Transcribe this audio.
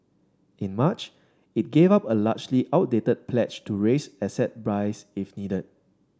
in March it gave up a largely outdated pledge to raise asset buys if needed